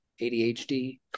ADHD